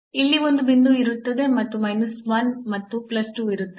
ಇಲ್ಲಿ ಒಂದು ಬಿಂದು ಇರುತ್ತದೆ ಮತ್ತು 1 ಮತ್ತು 2 ಇರುತ್ತದೆ